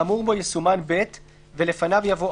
(1) האמור בו יסומן (ב) ולפניו יבוא: